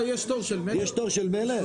יש תור של מלט?